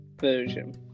version